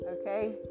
okay